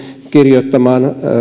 kirjoittamaan